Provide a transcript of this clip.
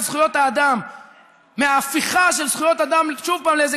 זכויות האדם מההפיכה של זכויות האדם שוב פעם לאיזה